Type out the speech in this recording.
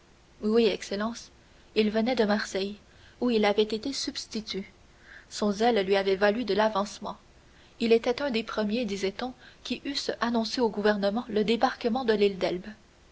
monte cristo oui excellence il venait de marseille où il avait été substitut son zèle lui avait valu de l'avancement il était un des premiers disait-on qui eussent annoncé au gouvernement le débarquement de l'île d'elbe